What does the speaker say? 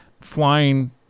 flying